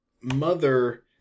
mother